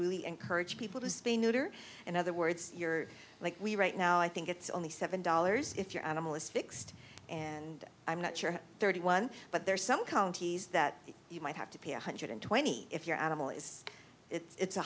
really encourage people to spay neuter in other words you're like we right now i think it's only seven dollars if your animal is fixed and i'm not sure thirty one but there are some counties that you might have to pay one hundred twenty if your animal is it's